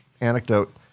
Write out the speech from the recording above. anecdote